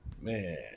Man